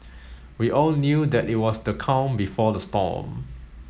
we all knew that it was the calm before the storm